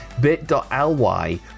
bit.ly